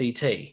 CT